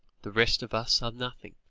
the rest of us are nothing.